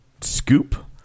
scoop